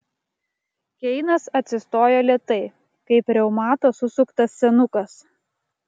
keinas atsistojo lėtai kaip reumato susuktas senukas